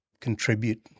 Contribute